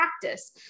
practice